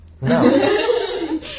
No